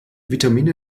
vitamine